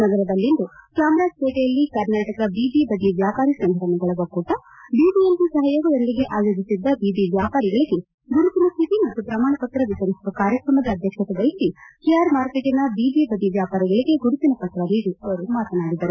ನಗರದಲ್ಲಿಂದು ಚಾಮರಾಜಪೇಟೆಯಲ್ಲಿ ಕರ್ನಾಟಕ ಬೀದಿ ಬದಿ ವ್ಯಾಪಾರಿ ಸಂಘಟನೆಗಳ ಒಕ್ಕೂಟ ಬಿಬಿಎಂಪಿ ಸಹಯೋಗದೊಂದಿಗೆ ಆಯೋಜಿಸಿದ್ದ ಬೀದಿ ವ್ಯಾಪಾರಿಗಳಿಗೆ ಗುರುತಿನ ಚೀಟಿ ಮತ್ತು ಪ್ರಮಾಣ ಪತ್ರ ವಿಶರಿಸುವ ಕಾರ್ಯಕ್ರಮದ ಅಧ್ಯಕ್ಷತೆ ವಹಿಸಿ ಕೆಆರ್ ಮಾರ್ಕೆಟ್ನ ಬೀದಿ ಬದಿ ವ್ವಾಪಾರಿಗಳಿಗೆ ಗುರುತಿನ ಪತ್ರ ನೀಡಿ ಮಾತನಾಡಿದರು